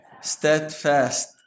steadfast